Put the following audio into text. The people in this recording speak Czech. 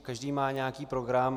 Každý má nějaký program.